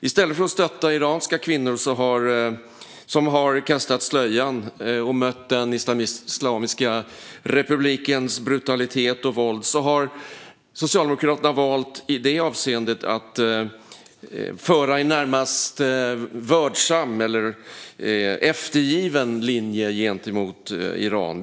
I stället för att stötta iranska kvinnor som har kastat slöjan och mött den islamiska republikens brutalitet och våld har Socialdemokraterna i detta avseende valt att föra en närmast vördsam eller eftergiven linje gentemot Iran.